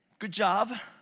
good job.